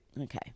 okay